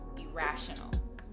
irrational